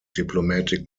diplomatic